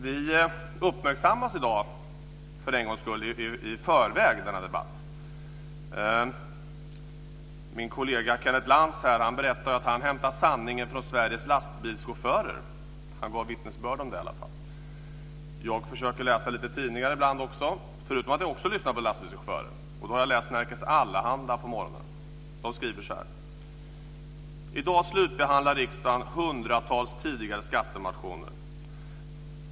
Vi uppmärksammas i dag för en gångs skull i förväg när det gäller denna debatt. Min kollega Kenneth Lantz berättade att han hämtade sanningen från Sveriges lastbilschaufförer. Han gav vittnesbörd om det i alla fall. Jag försöker läsa lite tidningar ibland också, förutom att jag också lyssnar på lastbilschaufförer. I dag på morgonen har jag läst Nerikes Allehanda. De skriver så här: I dag slutbehandlar riksdagen hundratals tidigare skattemotioner.